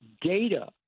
data